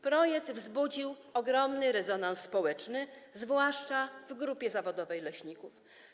Projekt wzbudził ogromny rezonans społeczny, zwłaszcza w grupie zawodowej leśników.